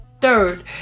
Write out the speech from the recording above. third